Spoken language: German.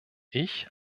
ich